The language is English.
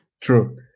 True